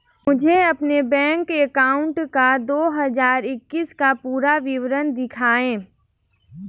मुझे अपने bank account का दो हज़ार इक्कीस का पूरा विवरण दिखाएँ?